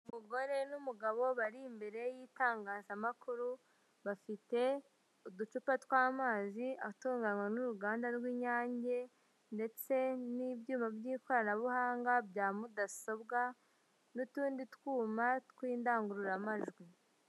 Umugore n'umugabo bari imbere y'itangazamakuru, bafite uducupa tw'amazi atunganywa n'uruganda rw'inyange ndetse n'ibyuma by'ikoranabuhanga bya mudasobwa, n'utundi twuma tw'indangururamajwi.